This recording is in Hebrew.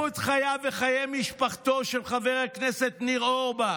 מיררו את חייו וחיי משפחתו של חבר הכנסת ניר אורבך,